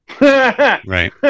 Right